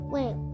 Wait